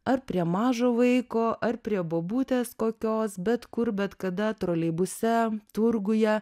ar prie mažo vaiko ar prie bobutės kokios bet kur bet kada troleibuse turguje